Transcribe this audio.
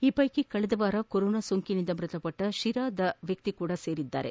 ಈ ಪೈಕಿ ಕಳೆದ ವಾರ ಕೊರೋನಾ ಸೋಂಕಿನಿಂದ ಮೃತಪಟ್ಟ ಶಿರಾದ ವ್ಯಕ್ತಿಯೂ ಸೇರಿದ್ದಾರೆ